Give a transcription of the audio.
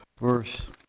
verse